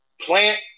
Plant